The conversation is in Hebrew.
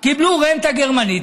קיבלו רנטה גרמנית,